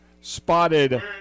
spotted